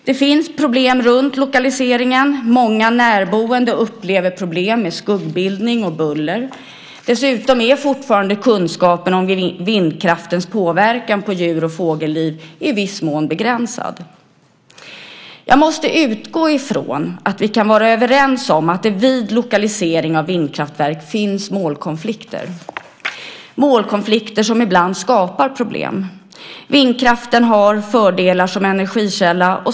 Det finns problem runt lokaliseringen. Många närboende upplever problem med skuggbildning och buller. Dessutom är fortfarande kunskapen om vindkraftens påverkan på djur och fågelliv i viss mån begränsad. Jag måste utgå ifrån att vi kan vara överens om att det vid lokalisering av vindkraftverk finns målkonflikter, målkonflikter som ibland skapar problem. Vindkraften har fördelar som energikälla.